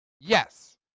Yes